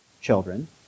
children